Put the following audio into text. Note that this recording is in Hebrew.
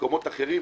במקומות אחרים,